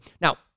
Now